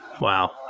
wow